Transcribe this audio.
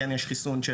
כן יש חיסון של